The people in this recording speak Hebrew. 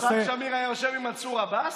יצחק שמיר היה יושב עם מנסור עבאס?